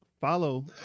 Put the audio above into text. Follow